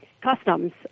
customs